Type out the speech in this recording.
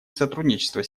сотрудничество